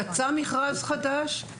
יצא מכרז חדש,